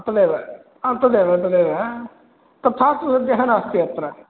तदेव तदेव तदेव तथा तु सद्यः नास्ति अत्र